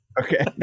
Okay